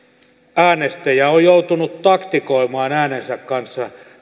äänestäjä on joutunut taktikoimaan äänensä kanssa